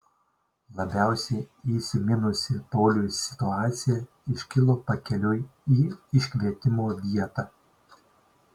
labiausiai įsiminusi pauliui situacija iškilo pakeliui į iškvietimo vietą